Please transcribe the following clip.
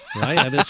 Right